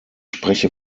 spreche